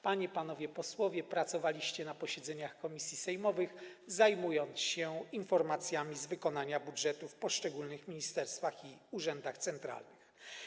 Panie i panowie posłowie pracowaliście na posiedzeniach komisji sejmowych, zajmując się informacjami z wykonania budżetów w poszczególnych ministerstwach i urzędach centralnych.